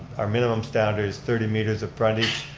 our minimum standard is thirty meters of frontage.